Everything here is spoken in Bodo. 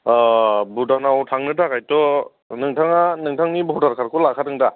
भुटानाव थांनो थाखायथ' नोंथाङा नोंथांनि भटार कार्ड खौ लाखादों दा